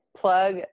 plug